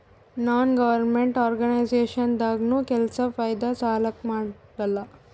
ನಾನ್ government organisation ದಾಗ್ನು ಕೆಲ್ಸಾ ಫೈದಾ ಸಲಾಕ್ ಮಾಡಲ್ಲ